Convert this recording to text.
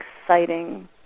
exciting